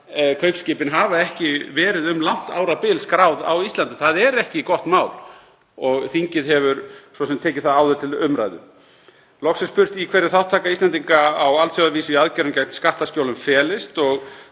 kaupskipin hafa ekki verið um langt árabil skráð á Íslandi. Það er ekki gott mál og þingið hefur svo sem tekið það áður til umræðu. Loks er spurt í hverju þátttaka Íslendinga á alþjóðavísu í aðgerðum gegn skattaskjólum felist.